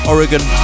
Oregon